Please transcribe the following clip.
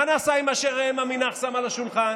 מה נעשה עם מה שראם עמינח שם על השולחן?